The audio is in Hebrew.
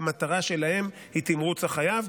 שהמטרה שלהם היא תמרוץ החייב,